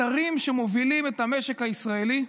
קטרים שמובילים את המשק הישראלי,